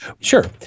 Sure